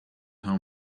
how